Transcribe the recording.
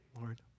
Lord